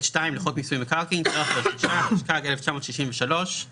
השכרת דירות שהסכם השכירות החל